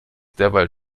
derweil